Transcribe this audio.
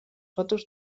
fotos